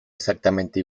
exactamente